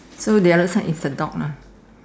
so the other side is a dog lah